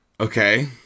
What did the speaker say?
Okay